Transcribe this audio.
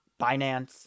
Binance